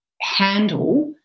handle